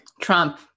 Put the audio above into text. trump